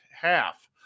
half